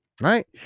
Right